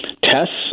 tests